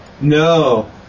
No